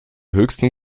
höchsten